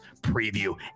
preview